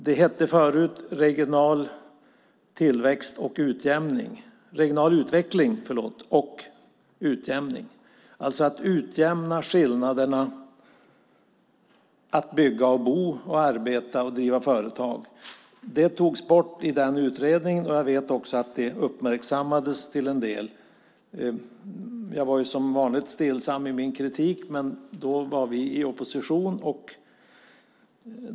Det hette förut regional utveckling och utjämning, alltså att utjämna skillnaderna i att bygga och bo, arbeta och driva företag. Det togs alltså bort i den utredningen, och jag vet att det uppmärksammades till en del. Jag var som vanligt stillsam i min kritik, men då var vi i opposition.